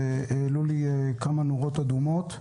שהדליקו אצלי כמה נורות אדומות,